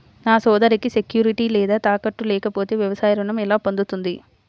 నా సోదరికి సెక్యూరిటీ లేదా తాకట్టు లేకపోతే వ్యవసాయ రుణం ఎలా పొందుతుంది?